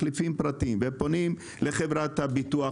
מחליפים פרטים ופונים לאחת מחברות הביטוח,